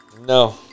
No